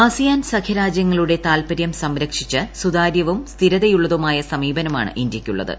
ASEAN സഖ്യരാജ്യങ്ങളുടെ താൽപര്യം സംരക്ഷിച്ച് സുതാര്യവും സ്ഥിരതയുള്ളതുമായ സമീപനമാണ് ഇന്ത്യയ്ക്കുള്ളത്